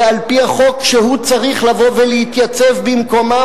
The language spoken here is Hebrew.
ועל-פי החוק הוא צריך לבוא ולהתייצב במקומם,